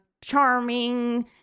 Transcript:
charming